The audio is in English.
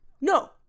No